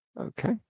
Okay